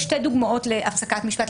יש שתי דוגמאות להפסקת משפט,